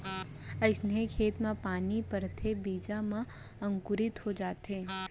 जइसे खेत म पानी परथे बीजा ह अंकुरित हो जाथे